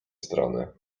strony